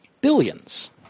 billions